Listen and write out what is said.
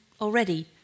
already